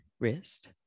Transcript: wrist